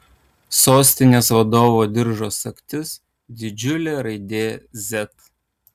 sostinės vadovo diržo sagtis didžiulė raidė z